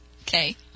Okay